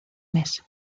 mes